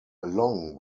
along